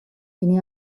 finì